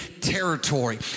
Territory